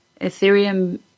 Ethereum